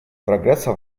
прогресса